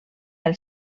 els